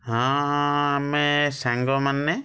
ହଁ ଆମେ ସାଙ୍ଗମାନେ